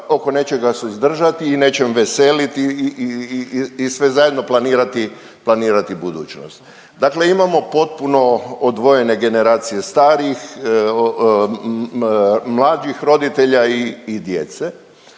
oko nečega suzdržati i nečem veseliti i sve zajedno planirati budućnost. Dakle, imamo potpuno odvojene generacije starih, mlađih roditelja i djece